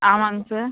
ஆமாங்க சார்